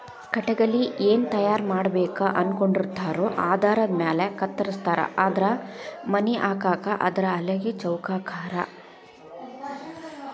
ಕಟಗಿಲೆ ಏನ ತಯಾರ ಮಾಡಬೇಕ ಅನಕೊಂಡಿರತಾರೊ ಆಧಾರದ ಮ್ಯಾಲ ಕತ್ತರಸ್ತಾರ ಅಂದ್ರ ಮನಿ ಹಾಕಾಕ ಆದ್ರ ಹಲಗಿ ಚೌಕಾಕಾರಾ